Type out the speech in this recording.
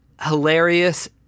hilarious